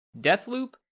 Deathloop